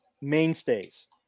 mainstays